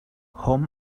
home